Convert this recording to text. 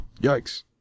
Yikes